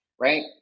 Right